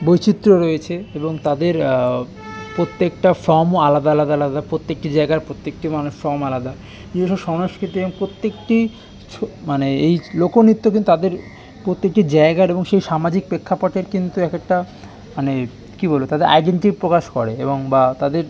বৈচিত্র্য রয়েছে এবং তাদের প্রত্যেকটা ফর্মও আলাদা আলাদা আলাদা প্রত্যেকটি জায়গার প্রত্যেকটি মানে ফর্ম আলাদা বিশেষ করে সংস্কৃতি এবং প্রত্যেকটি মানে এই লোকনৃত্য কিন্তু তাদের প্রত্যেকটি জায়গার এবং সেই সামাজিক প্রেক্ষাপটের কিন্তু এক একটা মানে কী বলব তাদের আইডেন্টিটি প্রকাশ করে এবং বা তাদের